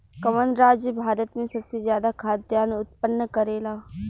कवन राज्य भारत में सबसे ज्यादा खाद्यान उत्पन्न करेला?